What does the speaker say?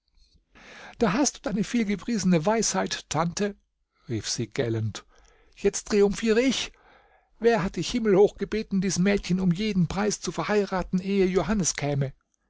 da hast du deine vielgepriesene weisheit tante rief sie gellend jetzt triumphiere ich wer hat dich himmelhoch gebeten dies mädchen um jeden preis zu verheiraten ehe johannes käme